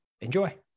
enjoy